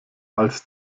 als